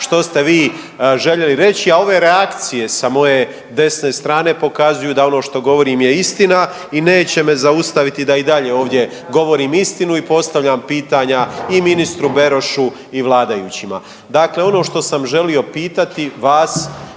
što ste vi željeli reći, a ove reakcije sa desne strane pokazuju da ono što govorim je istina i neće me zaustaviti da i dalje ovdje govorim istinu i postavljam pitanja i ministru Berošu i vladajućima. Dakle, ono što sam želio pitati vas,